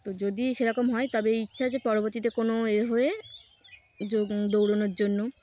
তো যদি সেরকম হয় তবে এই ইচ্ছা আছে পরবর্তীতে কোনো এ হয়ে য দৌড়নোর জন্য